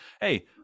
Hey